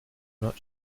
not